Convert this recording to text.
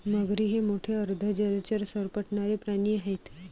मगरी हे मोठे अर्ध जलचर सरपटणारे प्राणी आहेत